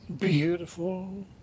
beautiful